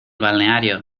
balneario